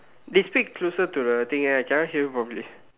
dey speak closer to the thing eh I cannot hear you properly